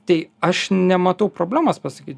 tai aš nematau problemos pasakyt